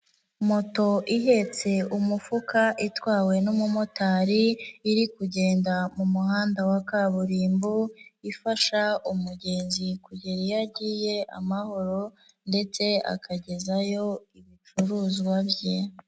Moto ihetse umufuka itwawe n'umumotari, iri kugenda mu muhanda wa kaburimbo, ifasha umugenzi kugera iyo agiye amahoro ndetse akagezayo ibicuruzwa bye.